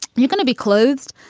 you're gonna be clothed,